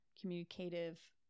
communicative